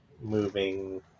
moving